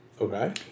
Okay